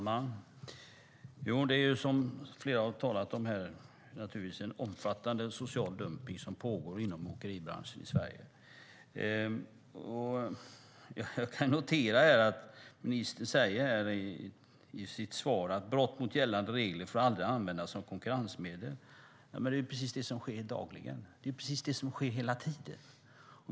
Fru talman! Som flera har talat om här är det naturligtvis en omfattande social dumpning som pågår inom åkeribranschen i Sverige. Ministern säger i sitt svar: "Brott mot gällande regler får aldrig användas som konkurrensmedel." Men det är precis det som sker hela tiden, som sker dagligen.